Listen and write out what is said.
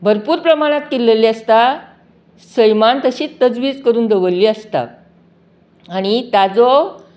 भरपूर प्रमाणांत किल्लयिल्ली आसता सैमान तशींच तजवीज करून दवरलीं आसतात आणी ताजो